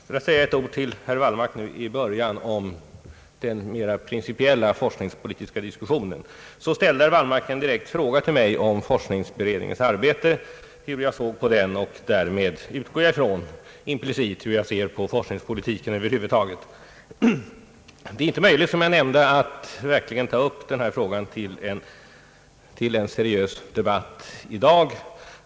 För att säga ett par ord till herr Wallmark nu i början om den mera principiella forskningspolitiska diskussionen vill jag erinra om att herr Wallmark ställde en direkt fråga till mig om hur jag såg på forskningsberedningens arbete och därmed utgår jag från — implicite hur jag såg på forskningspolitiken över huvud taget. Det är som jag nämnde inte möjligt att verkligen ta upp denna fråga till en seriös debatt i dag.